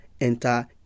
enter